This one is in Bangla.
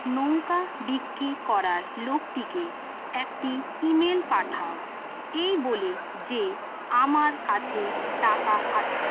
নৌকা বিক্রি করার লোকটিকে একটি ইমেল পাঠাও এই বলে যে আমার কাছে টাকা আছে